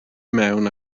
mewn